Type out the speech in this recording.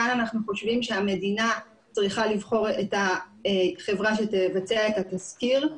כאן אנחנו חושבים שהמדינה צריכה לבחור את החברה שתבצע את התסקיר.